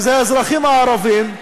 האזרחים הערבים,